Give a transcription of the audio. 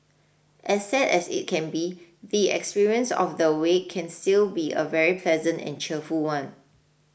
as sad as it can be the experience of the wake can still be a very pleasant and cheerful one